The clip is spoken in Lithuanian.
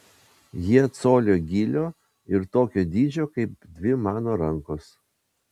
jie colio gylio ir tokio dydžio kaip dvi mano rankos